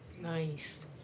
Nice